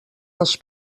dels